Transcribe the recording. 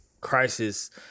crisis